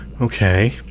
Okay